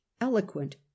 eloquent